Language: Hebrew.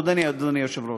תודה, אדוני היושב-ראש.